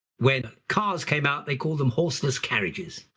when cars came out they called them horseless carriages,